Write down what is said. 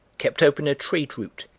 kept open a trade route,